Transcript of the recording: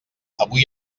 avui